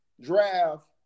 draft